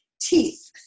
teeth